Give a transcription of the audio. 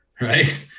Right